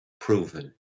proven